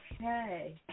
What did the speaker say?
Okay